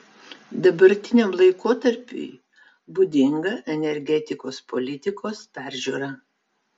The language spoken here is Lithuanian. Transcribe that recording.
dabartiniam laikotarpiui būdinga energetikos politikos peržiūra